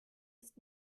ist